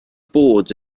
boards